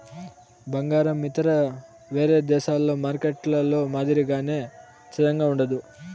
బంగారం ఇతర వేరే దేశాల మార్కెట్లలో మాదిరిగానే స్థిరంగా ఉండదు